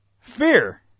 fear